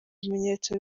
bimenyetso